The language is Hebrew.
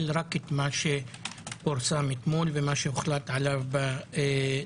רק את מה שפורסם אתמול ומה שהוחלט עליו בנשיאות.